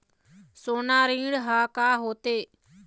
सोना ऋण हा का होते?